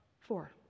Four